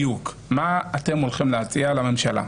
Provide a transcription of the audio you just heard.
מה אתם הולכים להציע לממשלה?